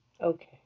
okay